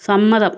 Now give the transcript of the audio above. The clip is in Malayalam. സമ്മതം